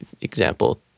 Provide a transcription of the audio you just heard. example